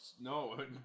No